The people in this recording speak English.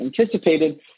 anticipated